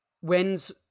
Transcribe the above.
when's